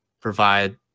provide